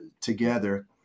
together